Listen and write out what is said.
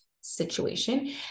situation